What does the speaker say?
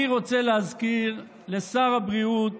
אני רוצה להזכיר לשר הבריאות